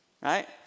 right